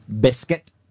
biscuit